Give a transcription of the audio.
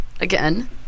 again